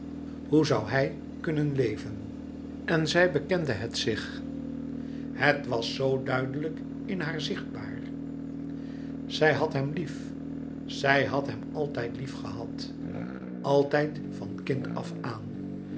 hoe zoû hij kunnen léven en zij bekende het zich het was zoo duidelijk in haar zichtbaar zij had hem lief zij had hem altijd liefgehad altijd van kind afaan en